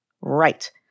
Right